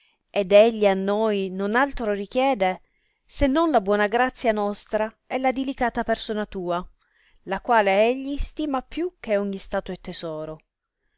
ed egli a noi altro non richiede se non la buona grazia nostra e la dilicata persona tua la quale egli stima più che ogni stato e tesoro